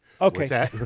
Okay